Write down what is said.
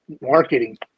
marketing